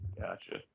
Gotcha